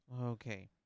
Okay